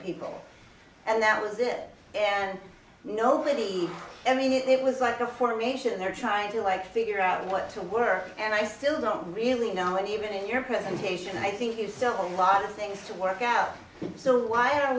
people and that was it and nobody i mean it was like a formation they're trying to like figure out what to work and i still don't really know even in your presentation i think it's still a lot of things to work out so why are